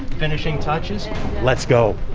finishing touches let's go!